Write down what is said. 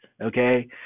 okay